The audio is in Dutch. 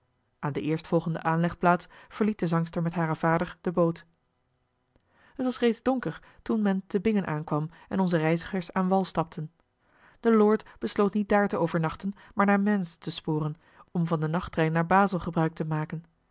aan de eerstvolgende aanlegplaats verliet de zangster met haren vader de boot t was reeds donker toen men te bingen aankwam en onze reizigers aan wal stapten de lord besloot niet daar te overnachten maar naar mainz te sporen om van den nachttrein naar bazel gebruik te maken